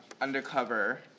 undercover